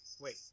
wait